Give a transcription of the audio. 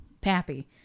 Pappy